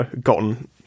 gotten